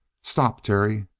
stop, terry!